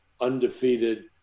undefeated